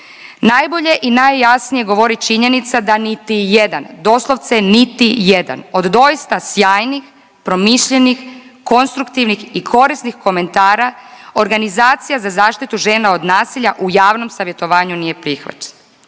najbolje i najjasnije govori činjenica da niti jedan, doslovce niti jedan od doista sjajnih promišljenih, konstruktivnih i korisnih komentara organizacija za zaštitu žena od nasilja u javnom savjetovanju nije prihvaćen,